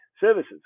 services